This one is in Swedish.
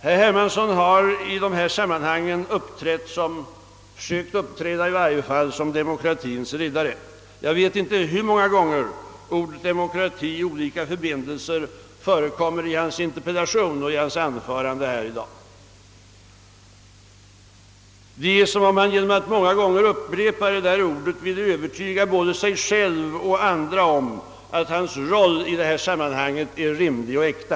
Herr Hermansson har i detta sammanhang uppträtt — eller i varje fall försökt uppträda — som demokratiens riddare. Jag vet inte hur många gånger ordet demokrati i olika förbindelser förekommer i hans interpellation eller förekom i hans anförande i dag. Det är som om han genom att många gånger upprepa detta ord ville övertyga både sig själv och andra om att hans roll ji detta sammanhang är rimlig och äkta.